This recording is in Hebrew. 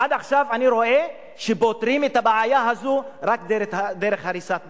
עד עכשיו אני רואה שפותרים את הבעיה הזו רק דרך הריסת בתים,